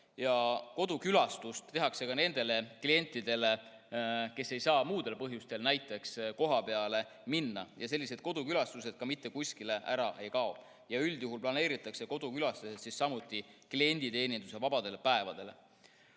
Kodukülastusi tehakse ka nende klientide juurde, kes ei saa muudel põhjustel kohapeale minna. Sellised kodukülastused mitte kuskile ära ei kao. Üldjuhul planeeritakse kodukülastused samuti klienditeenindusest vabadele päevadele.